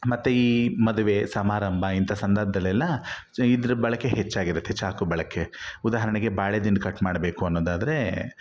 ಮತ್ತು ಈ ಮದುವೆ ಸಮಾರಂಭ ಇಂಥ ಸಂದರ್ಭದಲ್ಲೆಲ್ಲ ಸೊ ಇದ್ರ ಬಳಕೆ ಹೆಚ್ಚಾಗಿರುತ್ತೆ ಚಾಕು ಬಳಕೆ ಉದಾಹರಣೆಗೆ ಬಾಳೆದಿಂಡು ಕಟ್ ಮಾಡಬೇಕು ಅನ್ನೋದಾದರೆ